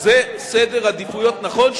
זה סדר עדיפויות נכון,